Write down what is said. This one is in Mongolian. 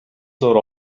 зуур